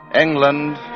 England